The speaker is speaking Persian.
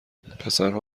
پسرها